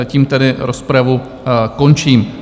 Tím tedy rozpravu končím.